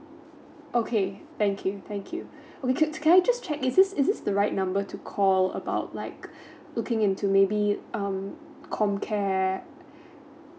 okay thank you thank you ca~ can I just check is this is the right number to call about like looking into maybe it um com care